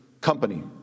company